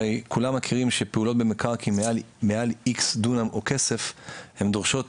הרי כולם מכירים שפעולות במקרקעין מעל X דונם או כסף הן דורשות